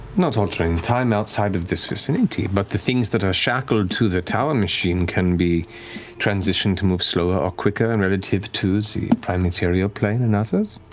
not altering time outside of this vicinity, but the things that are shackled to the tower machine can be transitioned to move slower or quicker and relative to the prime material plane and others.